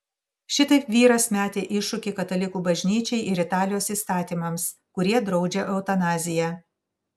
šitaip vyras metė iššūkį katalikų bažnyčiai ir italijos įstatymams kurie draudžia eutanaziją